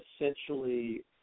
essentially